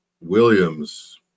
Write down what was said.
Williams